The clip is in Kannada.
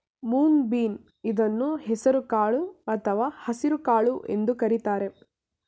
ಮೂಂಗ್ ಬೀನ್ ಇದನ್ನು ಹೆಸರು ಕಾಳು ಅಥವಾ ಹಸಿರುಕಾಳು ಎಂದು ಕರಿತಾರೆ